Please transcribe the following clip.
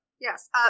Yes